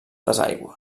desaigüe